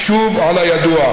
אחזור שוב על הידוע.